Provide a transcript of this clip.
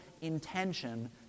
intention